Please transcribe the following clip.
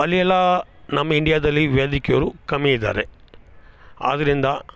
ಅಲ್ಲಿ ಎಲ್ಲಾ ನಮ್ಮ ಇಂಡಿಯಾದಲ್ಲಿ ವೈದ್ಯಕೀಯರು ಕಮ್ಮಿ ಇದ್ದಾರೆ ಆದ್ದರಿಂದ